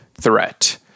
threat